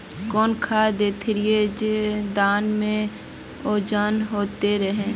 कौन खाद देथियेरे जे दाना में ओजन होते रेह?